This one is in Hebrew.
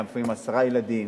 לפעמים גם עשרה ילדים,